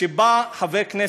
כשבא חבר כנסת,